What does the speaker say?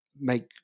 make